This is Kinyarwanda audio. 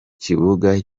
kibuga